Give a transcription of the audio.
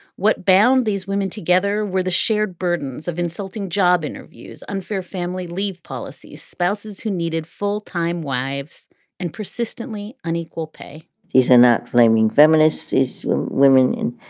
what bound these women together were the shared burdens of insulting job interviews, unfair family leave policies, spouses who needed full time wives and persistently unequal pay he's not blaming feminists is women.